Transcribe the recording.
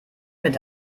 mit